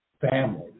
family